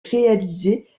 réalisée